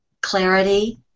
clarity